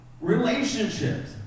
Relationships